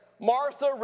Martha